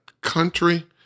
country